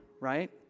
right